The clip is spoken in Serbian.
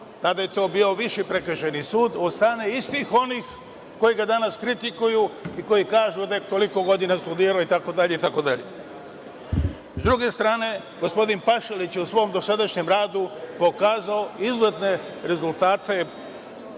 tada je to bio Viši prekršajni sud od strane istih onih koji danas kritikuju i koji kažu da je toliko godina studirao itd. Sa druge strane, gospodin Pašalić je u svom dosadašnjem radu pokazao izuzetne rezultate